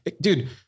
Dude